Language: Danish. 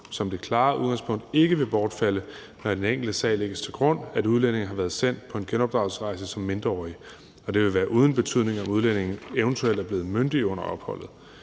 som det klare udgangspunkt ikke vil bortfalde, når det i den enkelte sag lægges til grund, at en udlænding har været sendt på en genopdragelsesrejse som mindreårig, og det vil være uden betydning, at udlændingen eventuelt er blevet myndig under opholdet.